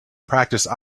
practiced